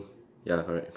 ya correct pink